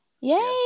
Yay